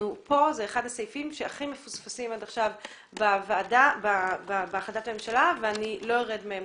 זה אחד הסעיפים שהכי מפוספסים עד עכשיו בהחלטת הממשלה ואני לא ארד מהם.